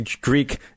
Greek